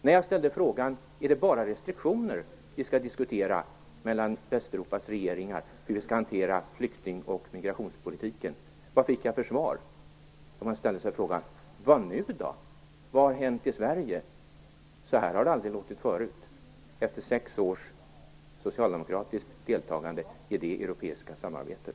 När jag frågade om det bara var restriktioner och sättet att hantera flykting och migrationspolitiken som vi skulle diskutera mellan Västeuropas regeringar fick jag svaret: Vad nu då? Vad har hänt i Sverige? Så har det aldrig låtit förut. Detta var alltså efter sex års socialdemokratiskt deltagande i det europeiska samarbetet.